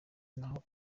naho